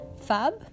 Fab